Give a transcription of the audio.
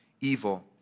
evil